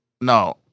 No